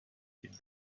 type